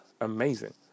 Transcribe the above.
amazing